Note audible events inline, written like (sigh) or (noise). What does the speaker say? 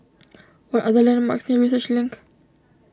(noise) what are the landmarks near Research Link